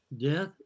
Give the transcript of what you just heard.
Death